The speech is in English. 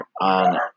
on